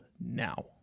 now